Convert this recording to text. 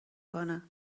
کنه